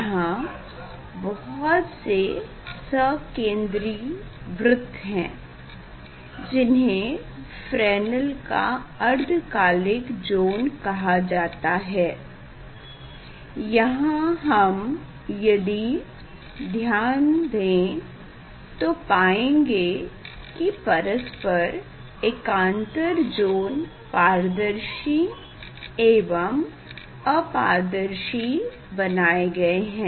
यहाँ बहुत से सकेन्द्रि वृत्त हैं जिन्हे फ्रेनेल का अर्धकालिक ज़ोन कहा जाता है यहाँ हम यदि ध्यान दें तो पायेंगे कि परस्पर एकांतर ज़ोन पारदर्शी एवं अपारदर्शी बनाए गए हैं